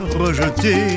rejeté